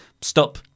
Stop